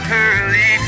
Pearly